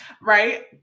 right